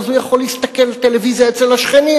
אז הוא יכול להסתכל בטלוויזיה אצל השכנים,